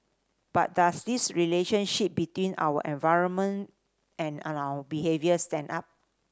but does this relationship between our environment and our behaviour stand up